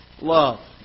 love